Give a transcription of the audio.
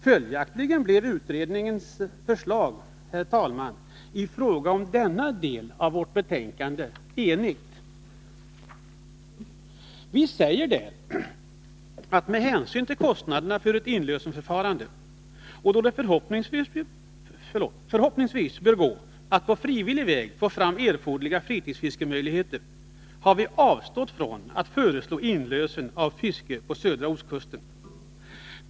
Följaktligen blev utredningens förslag, herr talman, i fråga om denna del av vårt betänkande enhälligt. Vi säger där att vi, med hänsyn till kostnaderna för ett inlösenförfarande, och då det förhoppningsvis bör gå att på frivillig väg få fram erforderliga fritidsfiskemöjligheter, har avstått från att föreslå inlösen av fiske på södra ostkusten.